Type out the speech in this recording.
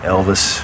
Elvis